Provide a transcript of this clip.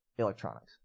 electronics